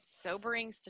sobering